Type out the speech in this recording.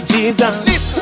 Jesus